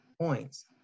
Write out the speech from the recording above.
points